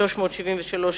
שאילתא מס' 373,